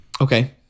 Okay